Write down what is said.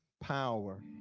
power